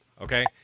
Okay